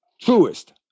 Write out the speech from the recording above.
truest